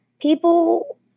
people